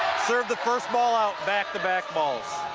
serve the first ball out. back-to-back balls